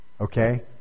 Okay